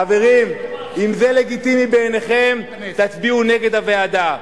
חברים, אם זה לגיטימי בעיניכם, תצביעו נגד הוועדה.